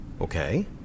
Okay